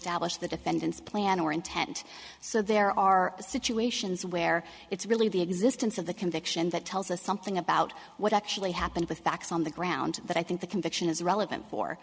establish the defendant's plan or intent so there are situations where it's really the existence of the conviction that tells us something about what actually happened with facts on the ground that i think the conviction is relevant for